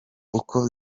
uko